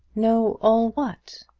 know all what?